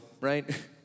right